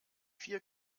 vier